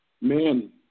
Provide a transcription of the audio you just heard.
Men